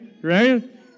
Right